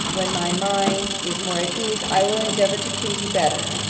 when my mind is more at ease, i will endeavour to please you better.